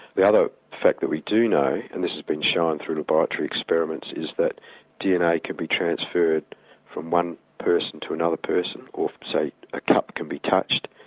the other fact that we do know, and this has been shown through laboratory experiments, is that dna can be transferred from one person to another person, or say a cup can be touched,